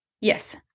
yes